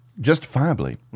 Justifiably